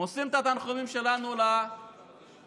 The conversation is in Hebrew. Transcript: אנחנו מוסרים את התנחומים שלנו לעם